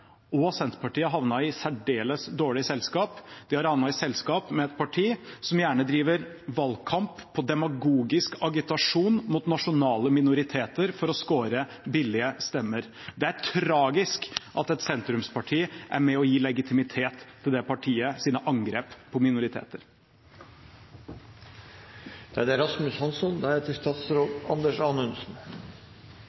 og Senterpartiet havnet i særdeles dårlig selskap. De har havnet i selskap med et parti som gjerne driver valgkamp på demagogisk agitasjon mot nasjonale minoriteter for å skåre billige stemmer. Det er tragisk at et sentrumsparti er med på å gi legitimitet til det partiets angrep på minoriteter.